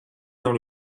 dans